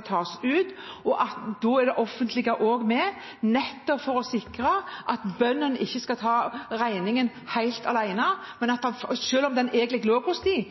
tas ut. Da er det offentlige med nettopp for å sikre at bøndene ikke skal ta regningen helt alene – selv om den egentlig lå hos dem